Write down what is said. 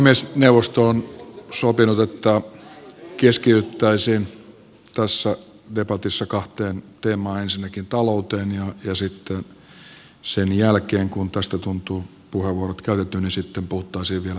puhemiesneuvosto on sopinut että keskityttäisiin tässä debatissa kahteen teemaan ensinnäkin talouteen ja sitten sen jälkeen kun tästä tuntuu puheenvuorot käytetyn puhuttaisiin vielä tätä eurooppa asiaa